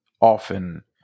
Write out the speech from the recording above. often